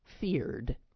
feared